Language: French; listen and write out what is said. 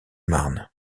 marne